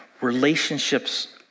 Relationships